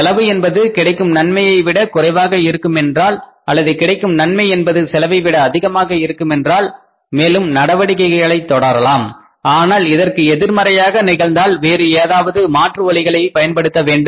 செலவு என்பது கிடைக்கும் நன்மையை விட குறைவாக இருக்கும் என்றால் அல்லது கிடைக்கும் நன்மை என்பது செலவைவிட அதிகமாக இருக்குமென்றால் மேலும் நடவடிக்கையை தொடரலாம் ஆனால் இதற்கு எதிர்மறையாக நிகழ்ந்தால் வேறு ஏதாவது மாற்று வழிகளை பயன்படுத்த வேண்டும்